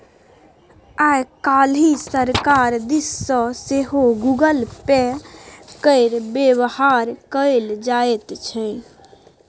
आय काल्हि सरकार दिस सँ सेहो गूगल पे केर बेबहार कएल जाइत छै